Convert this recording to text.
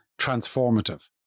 transformative